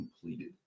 completed